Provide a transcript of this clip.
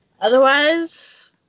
Otherwise